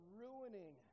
ruining